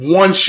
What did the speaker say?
one